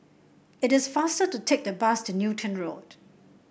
it is faster to take the bus to Newton Road